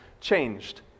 changed